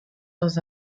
dans